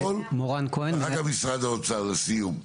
ואחר כך משרד האוצר לסיום.